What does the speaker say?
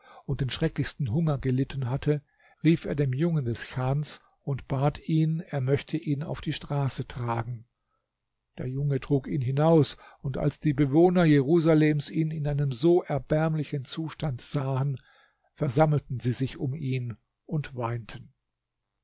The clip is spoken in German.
und den schrecklichsten hunger gelitten hatte rief er dem jungen des chans und bat ihn er möchte ihn auf die straße tragen der junge trug ihn hinaus und als die bewohner jerusalems ihn in einem so erbärmlichen zustand sahen versammelten sie sich um ihn und weinten